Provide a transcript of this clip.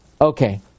Okay